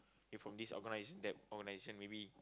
if from this organization that organization maybe